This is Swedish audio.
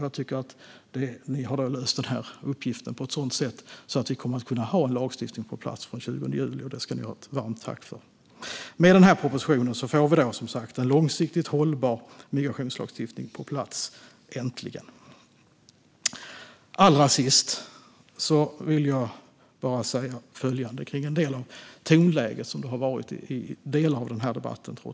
Jag tycker att ni har löst den här uppgiften på ett sådant sätt att vi kommer att kunna ha en lagstiftning på plats från den 20 juli, och det ska ni ha ett varmt tack för. Med den här propositionen får vi som sagt en långsiktigt hållbar migrationslagstiftning på plats, äntligen. Allra sist vill jag bara säga något om det tonläge som har varit i delar av den här debatten.